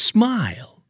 Smile